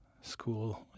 school